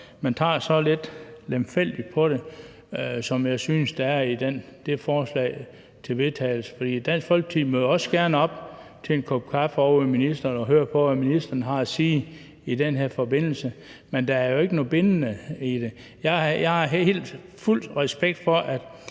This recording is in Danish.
man tager så lemfældigt på det, som jeg synes man gør i det forslag til vedtagelse, man har fremsat. Dansk Folkeparti møder også gerne op til en kop kaffe ovre ved ministeren og hører på, hvad ministeren har at sige i den her forbindelse, men der er jo ikke noget bindende i det. Jeg har fuld respekt for, at